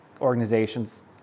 organizations